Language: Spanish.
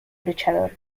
luchador